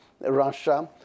Russia